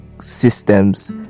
systems